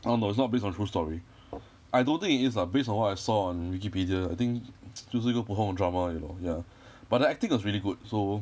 orh no it's not based on true story I don't think it is lah based on what I saw on Wikipedia I think 就只是一个普通的 drama 而已 lor ya but the acting was really good so